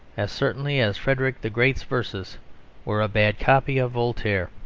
as certainly as frederick the great's verses were a bad copy of voltaire.